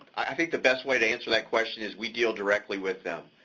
i think the best way to answer that question is we deal directly with them.